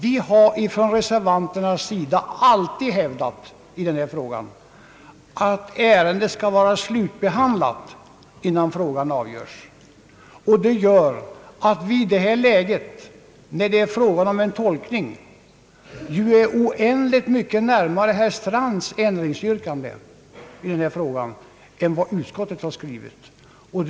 Vi har från reservanternas sida i denna fråga alltid hävdat att ärendet skall vara slutbehandlat innan frågan avgöres. Det gör att vi i detta läge, när det gäller frågan om tolkningen, nu är oändligt mycket närmare herr Strands ändringsyrkande i denna fråga än utskottets skrivning.